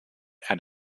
and